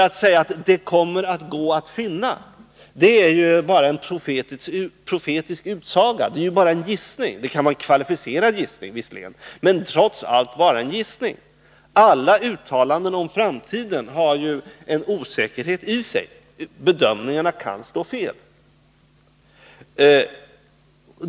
Att säga att ”det kommer att gå att finna” är ju bara en profetisk utsaga, en gissning som kan vara kvalificerad men trots allt bara är en gissning. Alla uttalanden om framtiden har en osäkerhet i sig. Bedömningarna kan slå fel.